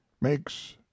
makes